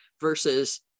versus